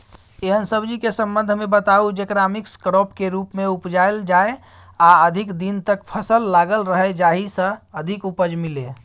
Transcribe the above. एहन सब्जी के संबंध मे बताऊ जेकरा मिक्स क्रॉप के रूप मे उपजायल जाय आ अधिक दिन तक फसल लागल रहे जाहि स अधिक उपज मिले?